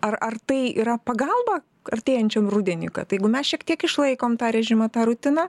ar ar tai yra pagalba artėjančiam rudeniui kad jeigu mes šiek tiek išlaikom tą režimą tą rutiną